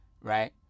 right